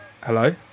hello